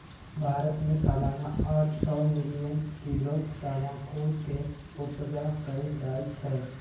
भारत में सलाना आठ सौ मिलियन किलो तमाकुल के उपजा कएल जाइ छै